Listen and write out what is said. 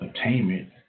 attainment